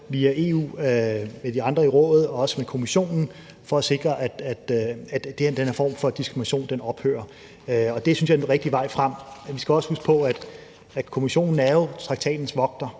via EU og de andre i Rådet og også med Kommissionen, for at sikre, at den her form for diskrimination ophører. Og det synes jeg er den rigtige vej frem. Vi skal også huske på, at Kommissionen jo er traktatens vogter,